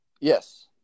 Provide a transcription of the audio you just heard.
Yes